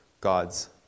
God's